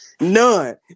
None